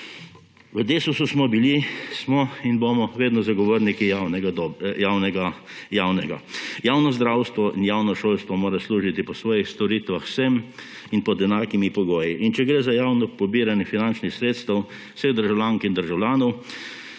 V Desusu smo bili, smo in bomo vedno zagovorniki javnega. Javno zdravstvo in javno šolstvo morata služiti po svojih storitvah vsem in pod enakimi pogoji. In če gre za javno pobiranje finančnih sredstev vseh državljank in državljanov,